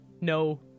no